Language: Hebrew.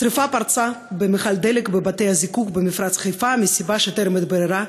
שרפה פרצה במכל דלק בבתי-הזיקוק במפרץ חיפה מסיבה שטרם התבררה.